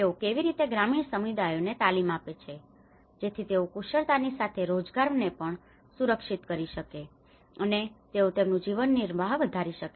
તેઓ કેવી રીતે ગ્રામીણ સમુદાયોને તાલીમ આપે છે જેથી તેઓ કુશળતાની સાથે રોજગારને પણ સુરક્ષિત કરી શકે અને તેઓ તેમનું જીવનનિર્વાહ વધારી શકે